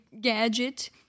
gadget